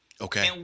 Okay